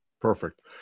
Perfect